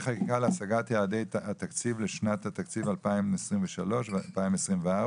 להשגת יעדי התקציב לשנות התקציב 2023 ו-2024,